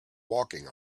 walking